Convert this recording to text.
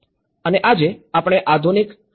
અને આજે આપણે આધુનિક વૈશ્વિકરણમાં જીવીએ છીએ